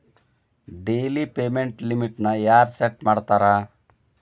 daily payment ಲಿಮಿಟ್ನ ಯಾರ್ set ಮಾಡ್ತಾರಾ